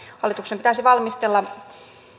hallituksen pitäisi valmistella